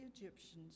Egyptians